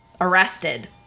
arrested